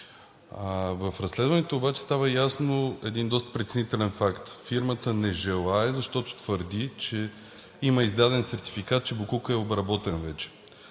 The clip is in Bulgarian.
В разследването обаче става ясен един доста притеснителен факт – фирмата не желае, защото твърди, че има издаден сертификат, че боклукът е обработен вече.